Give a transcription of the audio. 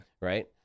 Right